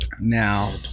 Now